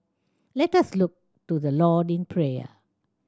let us look to the Lord in prayer